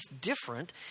different